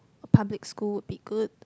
a public school would be good